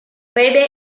phoebe